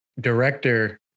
director